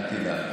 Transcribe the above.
אל תדאג.